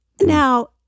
Now